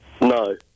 No